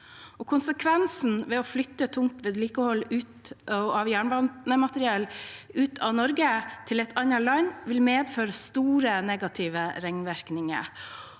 Konsekvensen av å flytte tungt vedlikehold av jernbanemateriell ut av Norge til et annet land vil være store negative ringvirkninger.